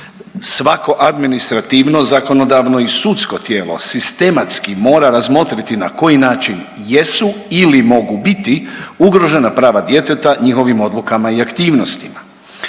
Svako administrativno, zakonodavno i sudsko tijelo sistematski mora razmotriti na koji način jesu ili mogu biti ugrožena prava djeteta njihovim odlukama i aktivnostima.